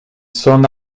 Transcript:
s’en